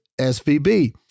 SVB